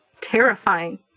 terrifying